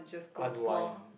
unwind